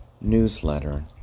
newsletter